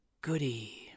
goody